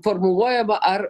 formuluojama ar